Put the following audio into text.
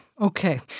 Okay